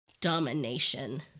domination